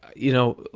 you know,